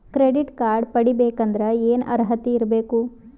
Credit card ಪಡಿಬೇಕಂದರ ಏನ ಅರ್ಹತಿ ಇರಬೇಕು?